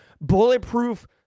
bulletproof